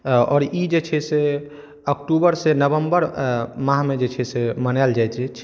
आओर ई जे छै से अक्टूबरसँ नवम्बर माहमे जे छै से मनाइल जाइत अछि